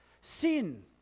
Sin